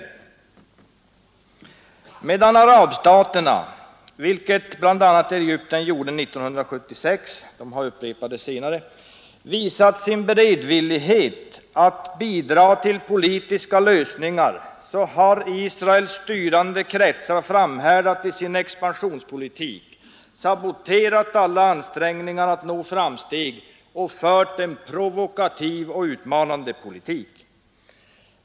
Medan arabstaterna visade sin beredvillighet att bidra till politiska lösningar — Egypten gjorde det exempelvis 1946 och har upprepat det senare — har Israels styrande kretsar framhärdat i sin expansionspolitik, saboterat alla ansträngningar att nå framsteg och fört en provokativ och utmanande politik.